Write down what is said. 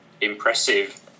impressive